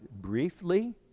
briefly